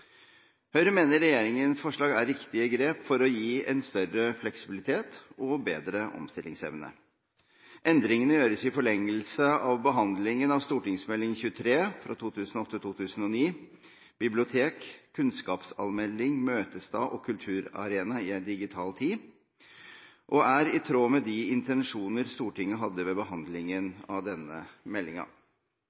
Høyre mener regjeringens forslag er riktige grep for å gi større fleksibilitet og bedre omstillingsevne. Endringene gjøres i forlengelse av behandlingen av St.meld. nr. 23 for 2008–2009, Bibliotek Kunnskapsalmenning, møtestad og kulturarena i ei digital tid, og er i tråd med de intensjoner Stortinget hadde ved behandlingen av denne